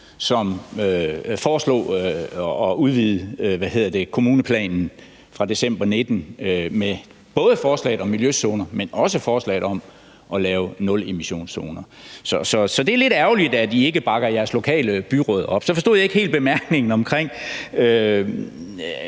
som foreslog at udvide kommuneplanen fra december 2019 med både forslaget om miljøzoner, men også forslaget om at lave nulemissionszoner. Så det er lidt ærgerligt, at I ikke bakker jeres lokale byråd op. Så forstod jeg ikke helt bemærkningen om den